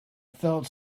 felt